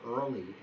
early